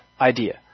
idea